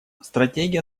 стратегия